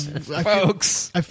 Folks